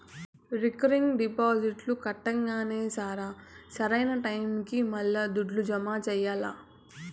recurring డిపాజిట్లు కట్టంగానే సరా, సరైన టైముకి మల్లా దుడ్డు జమ చెయ్యాల్ల